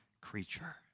creature